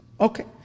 Okay